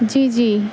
جی جی